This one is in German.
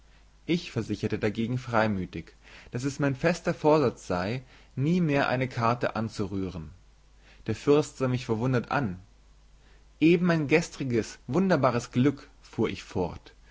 ich versicherte dagegen freimütig daß es mein fester vorsatz sei nie mehr eine karte anzurühren der fürst sah mich verwundert an eben mein gestriges wunderbares glück fuhr ich fort